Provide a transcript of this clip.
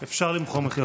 אפשר למחוא כפיים.